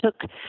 took